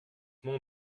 mon